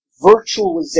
virtualization